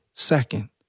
second